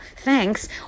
thanks